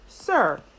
Sir